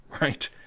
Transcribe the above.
right